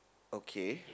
okay